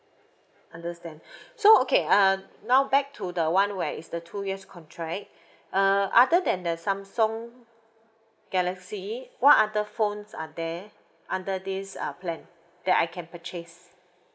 understand so okay uh now back to the one where is the two years contract err other than the samsung galaxy what other phones are there under this uh plan that I can purchase